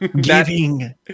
giving